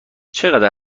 چقدر